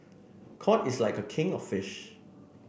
cod is like a king of fish